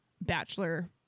bachelor